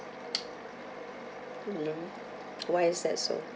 mmhmm why is that so